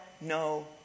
no